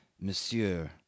monsieur